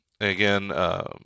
again